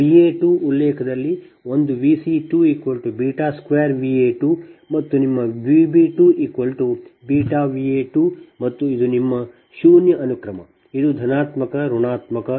V a2 ಉಲ್ಲೇಖದಲ್ಲಿ ಒಂದು V c2 2V a2 ಮತ್ತು ನಿಮ್ಮ V b2 βV a2 ಮತ್ತು ಇದು ನಿಮ್ಮ ಶೂನ್ಯ ಅನುಕ್ರಮ ಇದು ಧನಾತ್ಮಕ ಋಣಾತ್ಮಕ